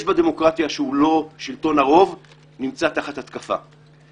בדמוקרטיה שהוא לא שלטון הרוב נמצא תחת התקפה.